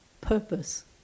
purpose